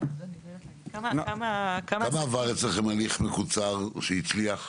כמה עבר אצלכם הליך מקוצר שהצליח?